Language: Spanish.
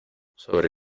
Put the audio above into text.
sobre